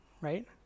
right